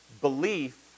belief